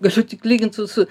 galiu tik lygint su su